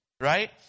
right